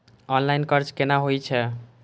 Online कर्ज केना होई छै?